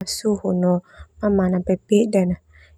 Mamana pepeda na.